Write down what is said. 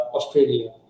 Australia